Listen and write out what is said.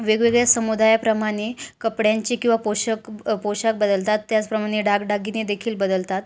वेगवेगळ्या समुदायाप्रमाणे कपड्यांचे किंवा पोषाख पोषाख बदलतात त्याचप्रमाणे दागदागिने देखील बदलतात